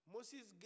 Moses